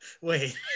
Wait